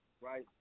right